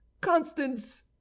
constance